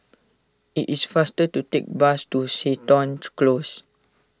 it is faster to take the bus to Seton Close